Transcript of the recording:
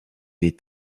est